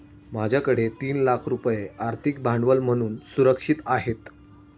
माझ्याकडे तीन लाख रुपये आर्थिक भांडवल म्हणून सुरक्षित आहेत